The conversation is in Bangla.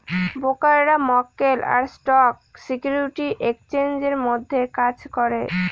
ব্রোকাররা মক্কেল আর স্টক সিকিউরিটি এক্সচেঞ্জের মধ্যে কাজ করে